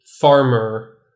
farmer